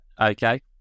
Okay